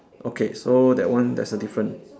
okay so that one there's a different